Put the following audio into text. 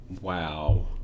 Wow